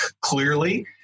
clearly